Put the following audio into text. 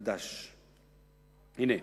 הנה: